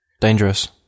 Dangerous